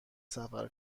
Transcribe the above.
سفر